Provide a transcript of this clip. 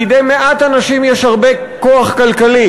בידי מעט אנשים יש הרבה כוח כלכלי,